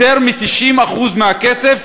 יותר מ-90% מהכסף